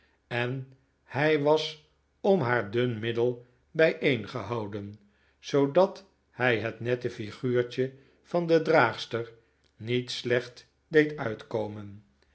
en hij was om haar dun middel bijeengehouden zoodat hij het nette flguurtje van de draagster niet slecht deed uitkomen